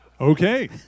Okay